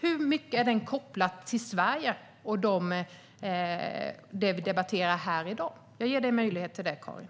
Hur mycket är den kopplad till Sverige och det vi debatterar här i dag? Jag ger dig möjlighet att svara på det, Karin.